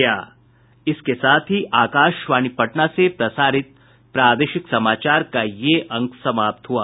इसके साथ ही आकाशवाणी पटना से प्रसारित प्रादेशिक समाचार का ये अंक समाप्त हुआ